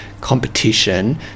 competition